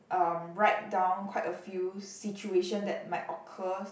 um write down quite a few situation that might occur